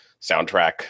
soundtrack